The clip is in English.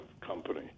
company